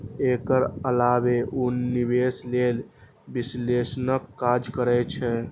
एकर अलावे ओ निवेश लेल विश्लेषणक काज करै छै